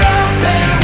open